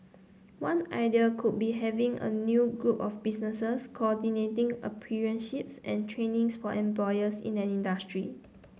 one idea could be having a new group of businesses coordinating apprenticeships and trainings for employers in an industry